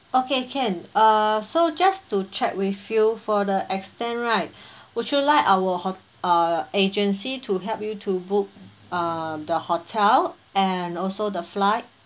okay can uh so just to check with you for the extend right would you like our hot~ uh agency to help you to book uh the hotel and also the flight